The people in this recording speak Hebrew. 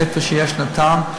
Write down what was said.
איפה יש נט"ן,